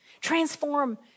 Transform